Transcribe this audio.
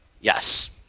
Yes